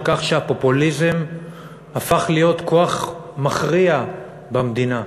כך שהפופוליזם הפך להיות כוח מכריע במדינה.